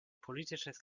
politisches